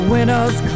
Winners